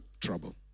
trouble